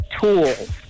tools